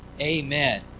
Amen